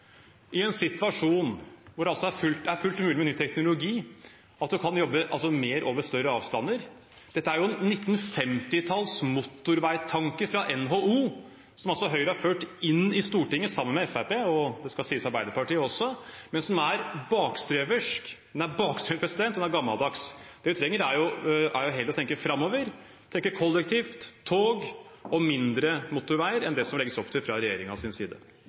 i en situasjon hvor det er fullt mulig med ny teknologi å jobbe mer over større avstander, er en 1950-talls motorveitanke fra NHO som Høyre, sammen med Fremskrittspartiet – og, det skal sies, Arbeiderpartiet også – har ført inn i Stortinget, og som er bakstreversk og gammeldags. Det vi trenger, er heller å tenke framover. Tenke kollektivt, tog og mindre motorveier enn det legges opp til fra regjeringens side.